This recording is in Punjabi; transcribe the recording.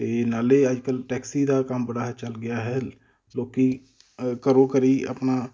ਅਤੇ ਨਾਲੇ ਅੱਜ ਕੱਲ੍ਹ ਟੈਕਸੀ ਦਾ ਕੰਮ ਬੜਾ ਹੈ ਚੱਲ ਗਿਆ ਹੈ ਲੋਕ ਘਰੋਂ ਘਰੀ ਆਪਣਾ